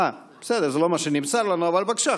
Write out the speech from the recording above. זה לא מה שנמסר לנו, אבל בבקשה.